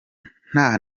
nta